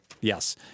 Yes